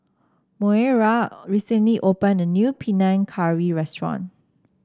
Moira recently opened a new Panang Curry restaurant